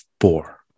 four